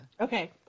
Okay